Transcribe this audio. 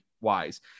wise